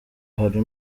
hari